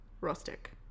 Rustic